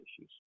issues